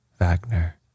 Wagner